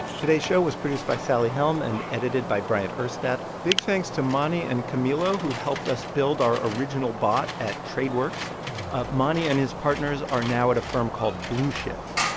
today's show was produced by sally helm and edited by bryant urstadt big thanks to mani and camilo, who helped us build our original bot at tradeworx. ah mani and his partners are now at a firm called blueshift.